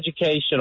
education